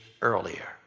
earlier